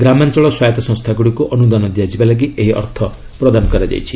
ଗ୍ରାମାଞ୍ଚଳ ସ୍ୱାୟତ ସଂସ୍ଥା ଗୁଡ଼ିକୁ ଅନୁଦାନ ଦିଆଯିବା ଲାଗି ଏହି ଅର୍ଥ ପ୍ରଦାନ କରାଯାଇଛି